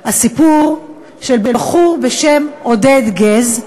סיפור של בחור בשם עודד גז,